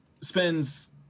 spends